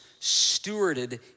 stewarded